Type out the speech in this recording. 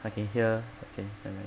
I can hear okay nevermind